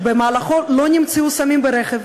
שבמהלכו לא נמצאו סמים ברכב,